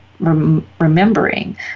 remembering